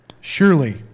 Surely